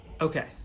Okay